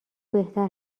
بهتر